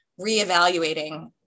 reevaluating